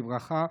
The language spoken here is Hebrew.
בברכה,